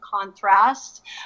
contrast